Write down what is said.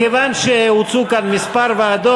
מכיוון שהוצעו כאן כמה ועדות,